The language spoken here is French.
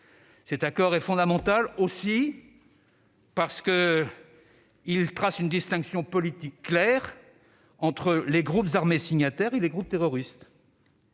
Cet accord est fondamental aussi parce qu'il établit une distinction politique claire entre les groupes armés signataires et les groupes terroristes.